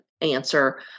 answer